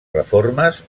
reformes